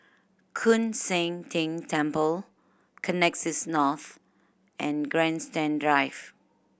Koon Seng Ting Temple Connexis North and Grandstand Drive